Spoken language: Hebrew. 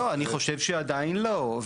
לא, אני חושב שעדיין לא.